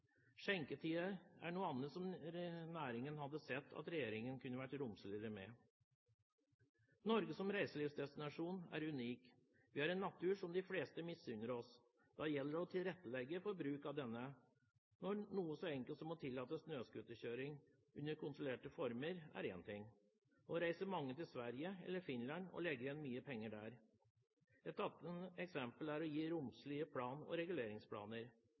Skjenketider er noe annet som næringen hadde sett at regjeringen kunne vært romsligere med. Norge som reiselivsdestinasjon er unik. Vi har en natur som de fleste misunner oss. Da gjelder det å tilrettelegge for bruk av denne. Noe så enkelt som å tillate snøscooterkjøring under kontrollerte former er én ting. Nå reiser mange til Sverige eller Finland og legger igjen mye penger der. Et annet eksempel er å gi romslige reguleringsplaner.